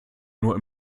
nur